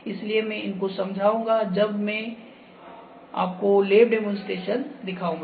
इसलिए मैं इनको समझाऊंगा जब मैं में आपको लैब डेमोंस्ट्रेशन दिखाऊंगा